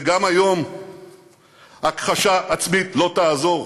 וגם היום הכחשה עצמית לא תעזור.